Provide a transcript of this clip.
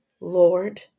Lord